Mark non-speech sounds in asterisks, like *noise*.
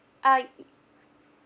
ah *noise*